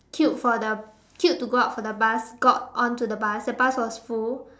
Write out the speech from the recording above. queued for the queued to go up for the bus got onto the bus the bus was full